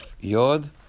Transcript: Yod